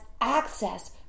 access